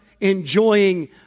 enjoying